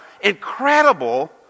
incredible